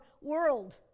world